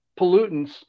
pollutants